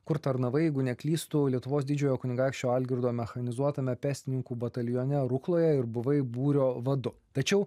kur tarnavai jeigu neklystu lietuvos didžiojo kunigaikščio algirdo mechanizuotame pėstininkų batalione rukloje ir buvai būrio vadu tačiau